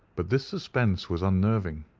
but this suspense was unnerving.